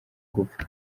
gupfa